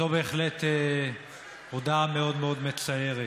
זו בהחלט הודעה מאוד מאוד מצערת,